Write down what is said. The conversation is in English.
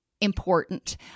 important